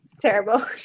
terrible